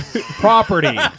property